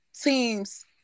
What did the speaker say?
teams